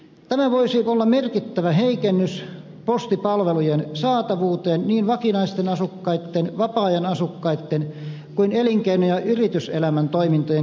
tämä voisi olla merkittävä heikennys postipalvelujen saatavuuteen niin vakinaisten asukkaitten vapaa ajanasukkaitten kuin elinkeino ja yrityselämän toimintojen kehittymisen kannalta